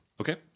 Okay